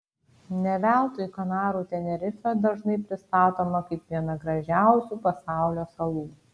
ne veltui kanarų tenerifė dažnai pristatoma kaip viena gražiausių pasaulio salų